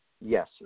Yes